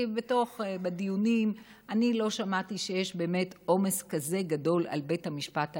כי בדיונים לא שמעתי שיש באמת עומס כזה גדול על בית המשפט העליון.